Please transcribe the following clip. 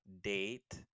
date